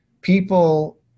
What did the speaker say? people